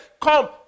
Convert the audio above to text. come